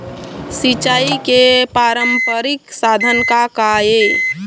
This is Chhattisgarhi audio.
सिचाई के पारंपरिक साधन का का हे?